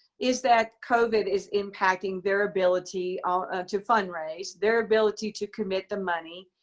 is that covid is impacting their ability ah to fund raise, their ability to commit the money,